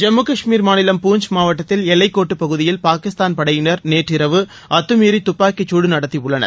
ஜம்மு காஷ்மீர் மாநிலம் பூஞ்ச் மாவட்டத்தில் எல்லைக்கோட்டுப் பகுதியில் பாகிஸ்தான் படையினர் நேற்று இரவு அத்துமீறி துப்பாக்கிச்சூடு நடத்தியுள்ளனர்